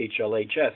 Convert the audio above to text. HLHS